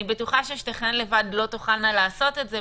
אני בטוחה ששתיכן לבד לא תוכלנה לעשות את זה,